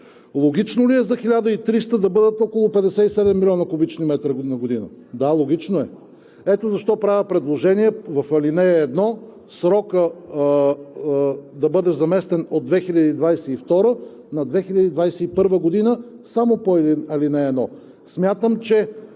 логично ли е за 1300 да бъдат около 57 млн. куб. м на година? Да, логично е. Ето защо правя предложение в ал. 1 срокът да бъде заместен от 2022-а на 2021 г. само по ал. 1. Смятам, че